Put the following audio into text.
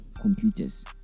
computers